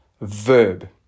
verb